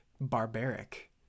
barbaric